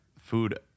food